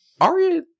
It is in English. Aria